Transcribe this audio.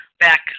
back